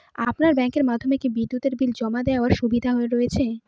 আপনার ব্যাংকের মাধ্যমে কি বিদ্যুতের বিল জমা দেওয়ার সুবিধা রয়েছে?